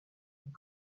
and